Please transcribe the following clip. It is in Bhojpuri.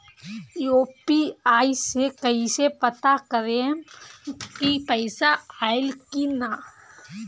यू.पी.आई से कईसे पता करेम की पैसा आइल की ना?